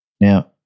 Now